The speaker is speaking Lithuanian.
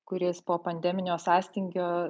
kuris po pandeminio sąstingio